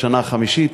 בשנה החמישית,